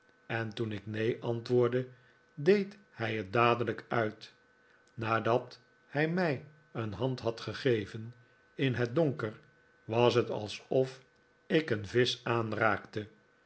en toen ik neen antwoordde deed hij het dadelijk uit nadat hij mij een hand had gegeven in het donker was het alsof ik een visch aanraakte